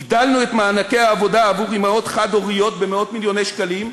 הגדלנו את מענקי העבודה לאימהות חד-הוריות במאות-מיליוני שקלים,